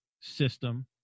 system